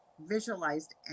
Visualized